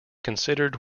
considered